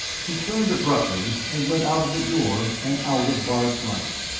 he turned abruptly and went out of the door and out of bart's life,